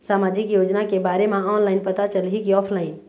सामाजिक योजना के बारे मा ऑनलाइन पता चलही की ऑफलाइन?